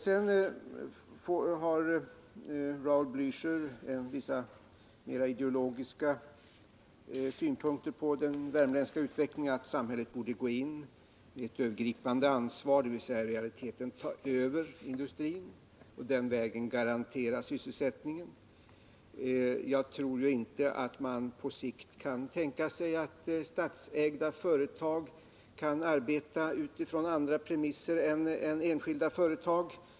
Raul Bliächer har också vissa mera ideologiska synpunkter på den värmländska utvecklingen som går ut på att samhället borde gå in och ta ett övergripande ansvar, dvs. att samhället i realiteten skulle ta över industrin och den vägen garantera sysselsättningen. Jag tror inte att man kan tänka sig att statsägda företag kan arbeta utifrån andra premisser än enskilda företag.